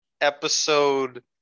episode